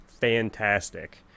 fantastic